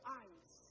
eyes